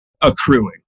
accruing